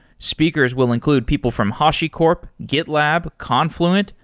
speakers will include people from hashicorp, gitlab, confluent,